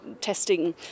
testing